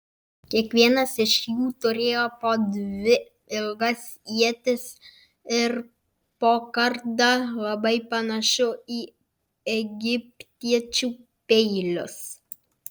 kiekvienas iš jų turėjo po dvi ilgas ietis ir po kardą labai panašų į egiptiečių peilius